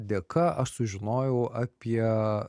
dėka aš sužinojau apie